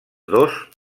dos